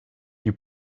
you